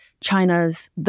China's